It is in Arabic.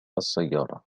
السيارة